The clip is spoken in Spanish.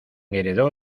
heredó